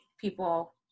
people